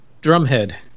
drumhead